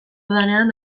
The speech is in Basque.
dudanean